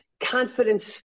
confidence